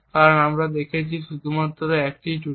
কারণ আমরা এখানে দেখেছি শুধুমাত্র একটি ত্রুটি